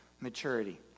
maturity